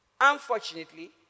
Unfortunately